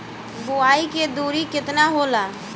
बुआई के दूरी केतना होला?